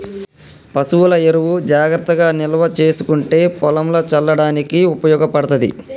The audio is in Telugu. పశువుల ఎరువు జాగ్రత్తగా నిల్వ చేసుకుంటే పొలంల చల్లడానికి ఉపయోగపడ్తది